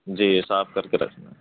جی صاف کر کے رکھ دیں